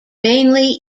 mainly